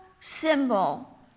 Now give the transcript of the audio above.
symbol